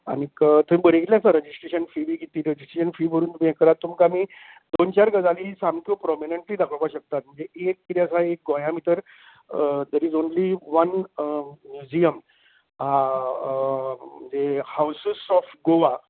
आनीक थंय बरयल्ले आसा रॅजिस्ट्रेशन फी बीन कितली रॅजिस्ट्रेशन फी भरून हे करात तुमका आमी दोन चार गजाली सामक्यो प्रॉमिनंट दाखोवपा शकता म्हणजे एक कितें आसा एक गोंया भितर देरीज ऑनली वान म्युजीयम म्हणजे हावजीज ऑफ गोवा